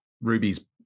Ruby's